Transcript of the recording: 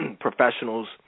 professionals